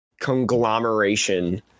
conglomeration